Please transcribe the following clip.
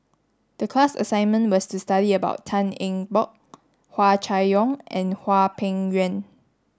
the class assignment was to study about Tan Eng Bock Hua Chai Yong and Hwang Peng Yuan